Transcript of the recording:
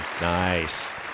Nice